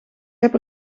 heb